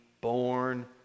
born